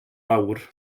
lawr